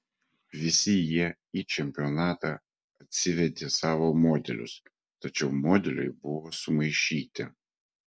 visi jie į čempionatą atsivedė savo modelius tačiau modeliai buvo sumaišyti